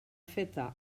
feta